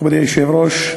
כבוד היושב-ראש,